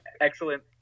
excellent